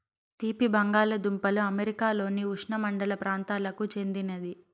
తీపి బంగాలదుంపలు అమెరికాలోని ఉష్ణమండల ప్రాంతాలకు చెందినది